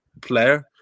player